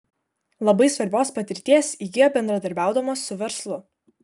labai svarbios patirties įgijo bendradarbiaudamos su verslu